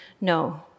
No